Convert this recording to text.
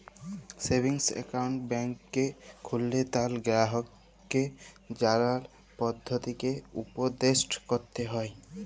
savings account ব্যাংকে খুললে তার গেরাহককে জালার পদধতিকে উপদেসট ক্যরতে হ্যয়